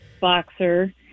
boxer